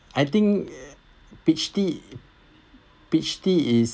I think peach tea peach tea is